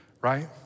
right